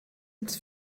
ins